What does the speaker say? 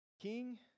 King